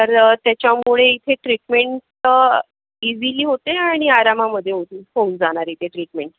तर त्याच्यामुळे इथे ट्रिटमेंट इझिली होते आणि आरामामध्ये होते होऊन जाणारे इथे ट्रीटमेंट